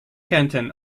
canton